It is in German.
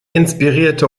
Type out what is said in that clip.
inspirierte